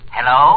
Hello